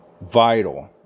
Vital